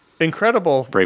Incredible